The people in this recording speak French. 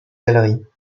galeries